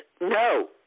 no